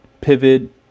pivot